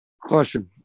Question